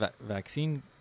vaccine